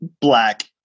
black